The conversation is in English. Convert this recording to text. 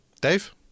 Dave